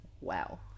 Wow